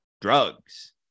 drugs